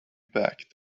back